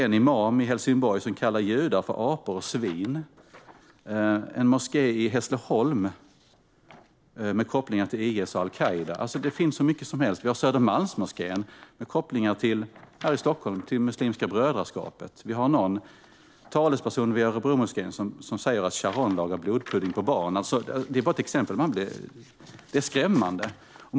En imam i Helsingborg kallar judar för apor och svin. En moské i Hässleholm har kopplingar till IS och al-Qaida. Det finns hur mycket som helst. Södermalmsmoskén här i Stockholm har kopplingar till Muslimska brödraskapet. En talesperson vid Örebromoskén säger att Sharon lagade blodpudding på barn. Detta är bara exempel - det är skrämmande.